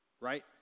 right